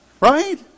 right